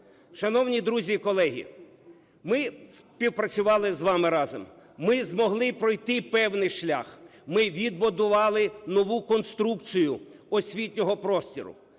Шановні друзі і колеги, ми співпрацювали з вами разом. Ми змогли пройти певний шлях, ми відбудували нову конструкцію освітнього простору,